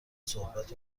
صحبت